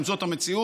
אם זאת המציאות,